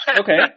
Okay